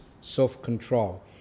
self-control